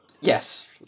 yes